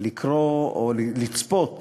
לקרוא או לצפות